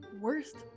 worst